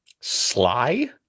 Sly